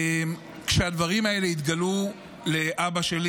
כשהדברים האלה התגלו לאבא שלי,